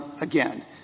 again